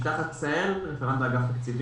יפתח עשאהל, רפרנט ועדת תקציבים.